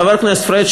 חבר הכנסת פריג',